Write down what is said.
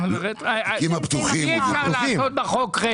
אי אפשר לעשות את החוק רטרו.